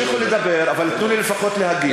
תמשיכו לדבר, אבל תנו לי לפחות להגיב.